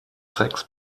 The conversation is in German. sex